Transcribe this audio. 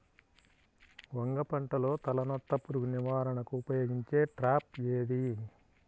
వంగ పంటలో తలనత్త పురుగు నివారణకు ఉపయోగించే ట్రాప్ ఏది?